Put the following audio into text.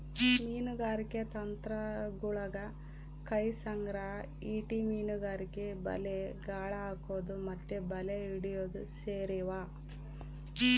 ಮೀನುಗಾರಿಕೆ ತಂತ್ರಗುಳಗ ಕೈ ಸಂಗ್ರಹ, ಈಟಿ ಮೀನುಗಾರಿಕೆ, ಬಲೆ, ಗಾಳ ಹಾಕೊದು ಮತ್ತೆ ಬಲೆ ಹಿಡಿಯೊದು ಸೇರಿವ